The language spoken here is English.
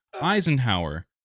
Eisenhower